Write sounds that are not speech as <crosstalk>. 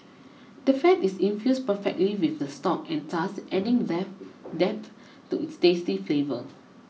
the fat is infused perfectly with the stock and thus adding <unintelligible> depth to its tasty flavour